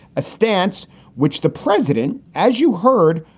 a stance which the president, as you heard,